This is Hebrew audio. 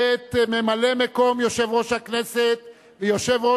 את ממלא-מקום יושב-ראש הכנסת ויושב-ראש